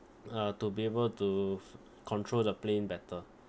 uh to be able to control the plane better